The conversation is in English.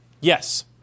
Yes